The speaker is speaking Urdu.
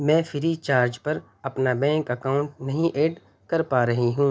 میں فری چارج پر اپنا بینک اکاؤنٹ نہیں ایڈ کر پا رہی ہوں